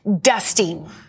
dusting